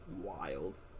wild